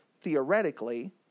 theoretically